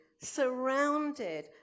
surrounded